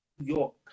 York